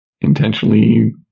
intentionally